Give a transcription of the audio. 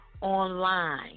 online